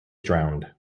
drowned